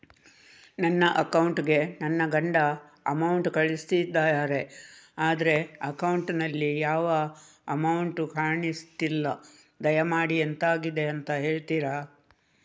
ನನ್ನ ಅಕೌಂಟ್ ಗೆ ನನ್ನ ಗಂಡ ಅಮೌಂಟ್ ಕಳ್ಸಿದ್ದಾರೆ ಆದ್ರೆ ಅಕೌಂಟ್ ನಲ್ಲಿ ಯಾವ ಅಮೌಂಟ್ ಕಾಣಿಸ್ತಿಲ್ಲ ದಯಮಾಡಿ ಎಂತಾಗಿದೆ ಅಂತ ಹೇಳ್ತೀರಾ?